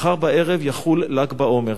מחר בערב יחול ל"ג בעומר.